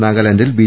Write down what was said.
നാഗാലാന്റിൽ B